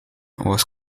was